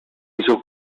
hizo